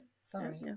sorry